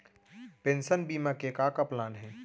Pension बीमा के का का प्लान हे?